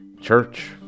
church